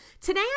Today